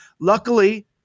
Luckily